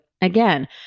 Again